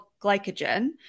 glycogen